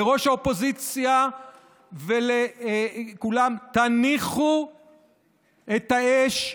לראש האופוזיציה ולכולם: תניחו את האש,